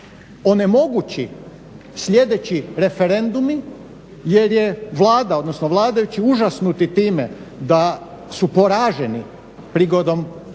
onemogući sljedeći referendumi jer je Vlada, odnosno vladajući užasnuti time da su poraženi prigodom